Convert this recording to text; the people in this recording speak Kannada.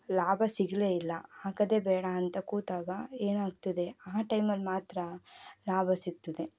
ಲಾಭ ಸಿಗಲೇ ಇಲ್ಲ ಹಾಕೋದೇ ಬೇಡ ಅಂತ ಕೂತಾಗ ಏನಾಗ್ತದೆ ಆ ಟೈಮಲ್ಲಿ ಮಾತ್ರ ಲಾಭ ಸಿಗ್ತದೆ